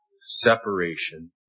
separation